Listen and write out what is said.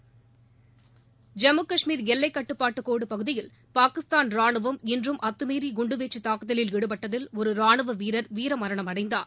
ஐம்மு காஷ்மீர் எல்லைக்கோட்டுப் பகுதியில் பாகிஸ்தான் ராணுவம் இன்றும் அத்தமீறி குண்டுவீச்சு தூக்குதலில் ஈடுபட்டதில் ஒரு ராணுவ வீரர் வீரமரணம் அடைந்தார்